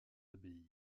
abbayes